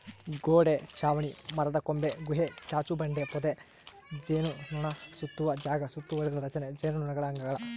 ಗೋಡೆ ಚಾವಣಿ ಮರದಕೊಂಬೆ ಗುಹೆ ಚಾಚುಬಂಡೆ ಪೊದೆ ಜೇನುನೊಣಸುತ್ತುವ ಜಾಗ ಸುತ್ತುವರಿದ ರಚನೆ ಜೇನುನೊಣಗಳ ಅಂಗಳ